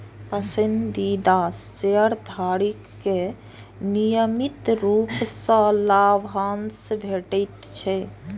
पसंदीदा शेयरधारक कें नियमित रूप सं लाभांश भेटैत छैक